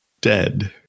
dead